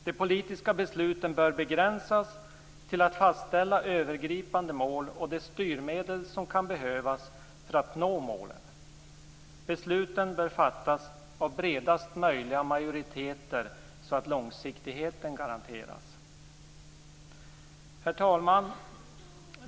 De politiska besluten bör begränsas till att fastställa övergripande mål och de styrmedel som kan behövas för att nå målen. Besluten bör fattas av bredast möjliga majoriteter så att långsiktigheten garanteras. Herr talman!